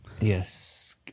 Yes